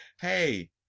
hey